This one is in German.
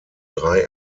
drei